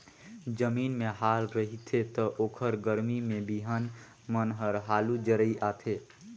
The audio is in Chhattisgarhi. जमीन में हाल रहिथे त ओखर गरमी में बिहन मन हर हालू जरई आथे